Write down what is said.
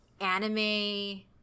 anime